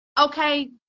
okay